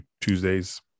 tuesdays